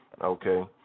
okay